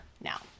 now